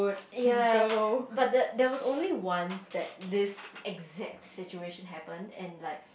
ya but the there was only once that this exact situation happened and like